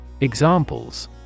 Examples